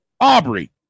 Aubrey